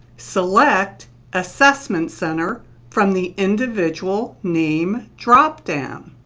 select assessment center from the individual name drop-down.